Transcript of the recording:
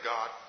God